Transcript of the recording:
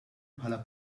bħala